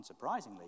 unsurprisingly